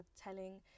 telling